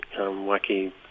wacky